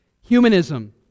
Humanism